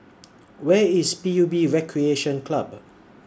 Where IS P U B Recreation Club